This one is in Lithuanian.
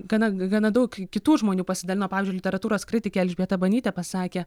gana gana daug kitų žmonių pasidalino pavyzdžiui literatūros kritikė elžbieta banytė pasakė